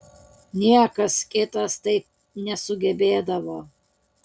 niekas kitas taip nesugebėdavo